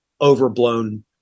overblown